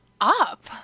up